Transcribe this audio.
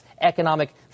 Economic